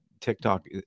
TikTok